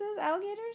alligators